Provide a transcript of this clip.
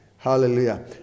Hallelujah